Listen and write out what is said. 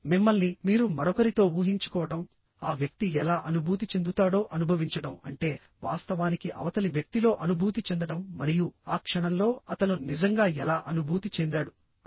మిమ్మల్ని మీరు మరొకరితో ఊహించుకోవడం ఆ వ్యక్తి ఎలా అనుభూతి చెందుతాడో అనుభవించడం అంటే వాస్తవానికి అవతలి వ్యక్తిలో అనుభూతి చెందడం మరియు ఆ క్షణంలో అతను నిజంగా ఎలా అనుభూతి చేందాడు అని